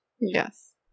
yes